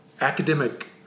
academic